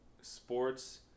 sports